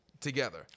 together